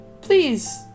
please